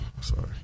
Sorry